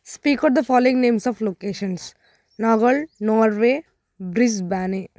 speaker out the following the names of locations నగడ్ Norway bridge బర్నే